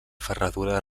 ferradura